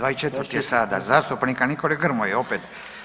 24. je sada zastupnika Nikole Grmoje, opet.